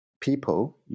people